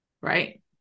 Right